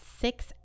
six